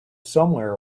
somewhere